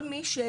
כל מי שהוא